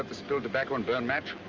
ah spilled tobacco and burnt